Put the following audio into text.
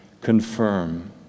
confirm